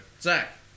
Zach